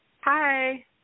Hi